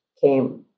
came